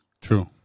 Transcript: True